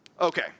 Okay